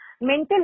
Mental